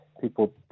people